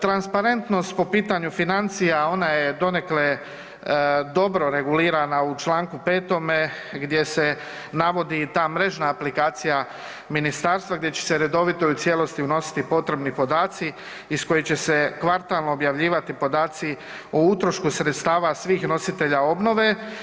Transparentnost po pitanju financija ona je donekle dobro regulirana u Članku 5. gdje se navodi i ta mrežna aplikacija ministarstva gdje će se redovito i u cijelosti unositi potrebni podaci iz kojih će se kvartalno objavljivati podaci o utrošku sredstava svih nositelja obnove.